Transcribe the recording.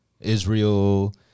Israel